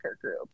group